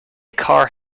car